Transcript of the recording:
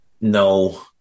No